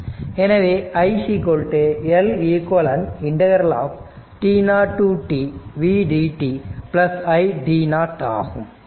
எனவே i Leq t0 to t ∫v dt i ஆகும்